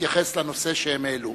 להתייחס לנושאים שהם העלו.